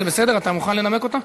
זה בסדר, אתה מוכן לנמק אותה?